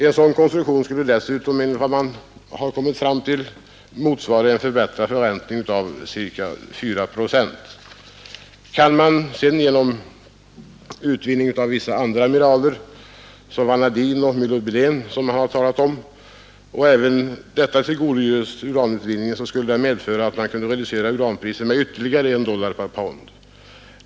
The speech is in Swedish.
En sådan kostnadsreduktion skulle dessutom motsvara en förbättrad förräntning med cirka 4 procent. Kan sedan utvinningen av vissa andra mineraler som vanadin och molybden få tillgodoräknas uranutvinningen medför det att uranpriset kan reduceras med ytterligare 1 dollar per pound.